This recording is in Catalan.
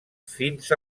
fins